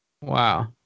Wow